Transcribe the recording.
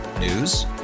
News